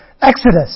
Exodus